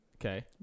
Okay